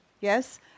Yes